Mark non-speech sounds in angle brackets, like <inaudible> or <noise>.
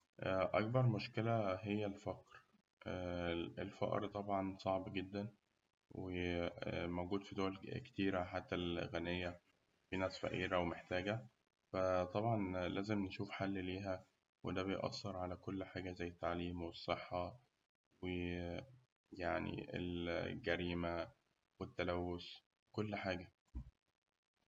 أكبر مشكلة هي الفقر، <hesitation> الفقر طبعاً صعب جداً، وموجود في دول كتيرة حتى الغن- الغنية في ناس فقيرة ومحتاجة، ف لازم نشوف حل ليها، وده بيأثر على كل حاجة زي التعليم والصحة و <hesitation> الجريمة والتلوث وكل حاجة.